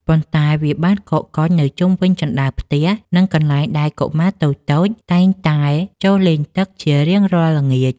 ប៉ុន្តែវាបានកកកុញនៅជុំវិញជណ្តើរផ្ទះ និងកន្លែងដែលកុមារតូចៗតែងតែចុះលេងទឹកជារៀងរាល់ល្ងាច។